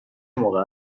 موقع